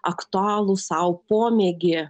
aktualų sau pomėgį